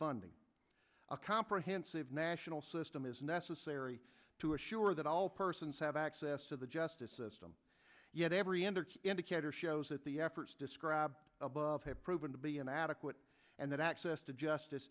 funding a comprehensive national system is necessary to assure that all persons have access to the justice system yet every energy indicator shows that the efforts described above have proven to be inadequate and that access to justice